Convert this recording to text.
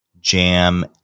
jam